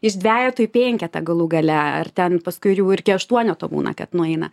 iš dvejeto į penketą galų gale ar ten paskui jau ir iki aštuoneto būna kad nueina